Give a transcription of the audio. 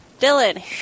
Dylan